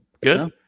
Good